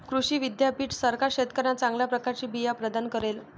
कृषी विद्यापीठ सरकार शेतकऱ्यांना चांगल्या प्रकारचे बिया प्रदान करेल